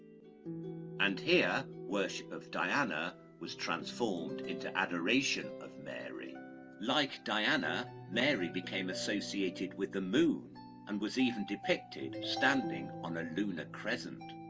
and here worship of diana was transformed into a duration of mary like diana mary became associated with the mood and was even depicted standing on a lunar present